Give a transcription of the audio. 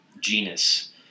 genus